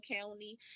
County